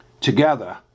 together